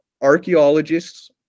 archaeologists